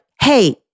hey